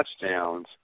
touchdowns